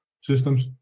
systems